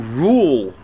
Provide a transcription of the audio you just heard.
rule